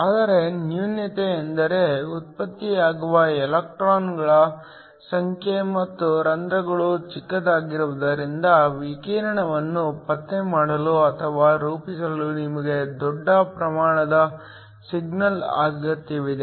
ಆದರೆ ನ್ಯೂನತೆಯೆಂದರೆ ಉತ್ಪತ್ತಿಯಾಗುವ ಎಲೆಕ್ಟ್ರಾನ್ಗಳ ಸಂಖ್ಯೆ ಮತ್ತು ರಂಧ್ರಗಳು ಚಿಕ್ಕದಾಗಿರುವುದರಿಂದ ವಿಕಿರಣವನ್ನು ಪತ್ತೆ ಮಾಡಲು ಅಥವಾ ರೂಪಿಸಲು ನಿಮಗೆ ದೊಡ್ಡ ಪ್ರಮಾಣದ ಸಿಗ್ನಲ್ ಅಗತ್ಯವಿದೆ